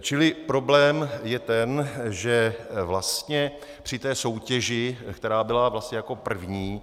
Čili problém je ten, že vlastně při té soutěži, která byla jako první,